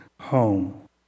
home